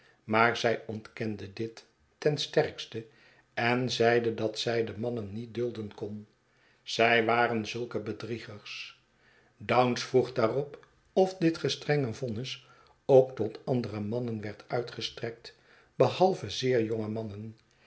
maar zij ontkende dit ten sterkste en zeide dat zij de mannen niet dulden kon zij waren zulke bedriegers bounce vroeg daarop of dit gestrenge vonnis ook tot andere mannen werd uitgestrekt behalve zeer jonge mannen